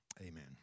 amen